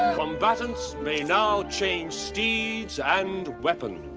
combatants may now change steeds and weapons.